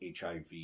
HIV